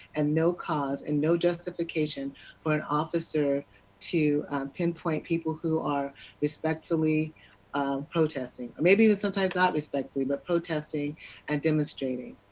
and no cause, and no justification for an officer to pinpoint people who are respectfully protesting. maybe sometimes not respectfully, but protesting and demonstrating.